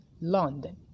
London